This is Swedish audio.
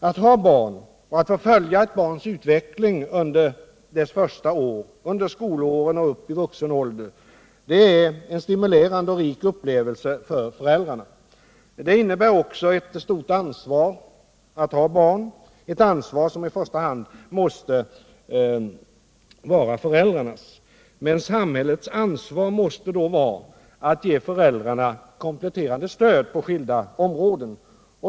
Att ha barn — att få följa ett barns utveckling under dess första år, under skolåren och upp i vuxen ålder — är en stimulerande och rik upplevelse för föräldrarna. Det innebär också ett stort ansvar att ha barn, ett ansvar som i första hand måste vara föräldrarnas. Samhällets ansvar måste vara att ge föräldrarna kompletterande stöd på skilda områden.